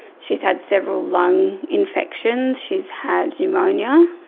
she's had several lung infections. she's had pneumonia.